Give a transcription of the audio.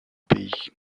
pays